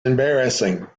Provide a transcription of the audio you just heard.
embarrassing